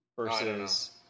Versus